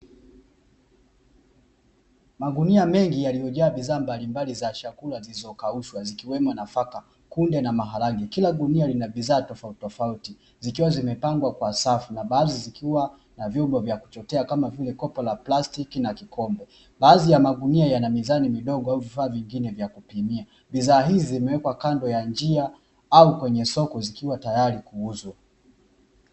Magunia mengi yaliyojaa bidhaa mbalimbali za chakula, zilizokaushwa zikiwemo nafaka kule na maharage kila gunia lina bidhaa tofauti tofauti zikiwa zimepangwa kwa safu na baadhi zikiwa na vyombo vya kuchotea kama vile kopo la plastiki na kikombe baadhi ya magunia yana mizani midogo au vifaa vingine vya kupimia bidhaa hizi zimewekwa kando ya njia au kwenye soko zikiwa tayari kuuzwa,